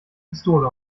pistole